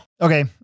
Okay